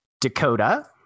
dakota